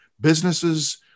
businesses